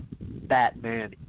Batman